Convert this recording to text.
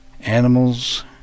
Animals